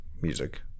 music